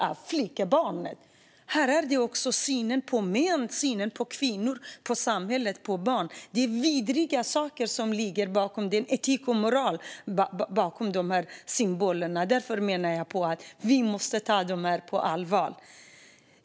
Här handlar det om synen på män, på kvinnor, på samhället och på barn - det är vidriga saker som ligger bakom den etik och moral som finns bakom de här symbolerna. Därför menar jag att vi måste ta detta på allvar.